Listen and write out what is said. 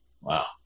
Wow